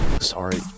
sorry